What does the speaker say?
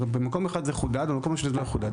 במקום אחד זה חודד ובמקום השני זה לא מחודד.